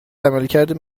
عملکرد